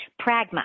Pragma